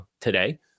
today